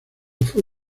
fue